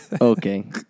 Okay